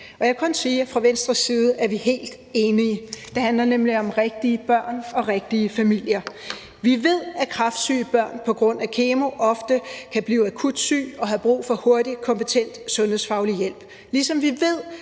Jeg kan kun sige, at vi fra Venstres side er helt enige. Det handler nemlig om rigtige børn og rigtige familier. Vi ved, at kræftsyge børn på grund af kemo ofte kan blive akut syge og have brug for hurtig og kompetent sundhedsfaglig hjælp, ligesom vi ved,